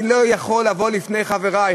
אני לא יכול לבוא לפני חברי,